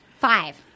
five